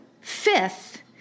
fifth